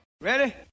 Ready